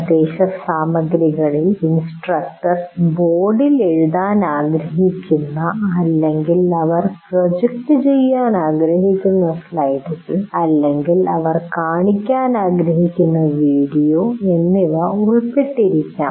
നിർദ്ദേശസാമഗ്രികളിൽ instructor ബോർഡിൽ എഴുതാൻ ആഗ്രഹിക്കുന്ന അല്ലെങ്കിൽ അവർ പ്രൊജക്റ്റ് ചെയ്യാൻ ആഗ്രഹിക്കുന്ന സ്ലൈഡുകൾ അല്ലെങ്കിൽ അവർ കാണിക്കാൻ ആഗ്രഹിക്കുന്ന വീഡിയോ എന്നിവ ഉൾപ്പെട്ടിരിക്കാം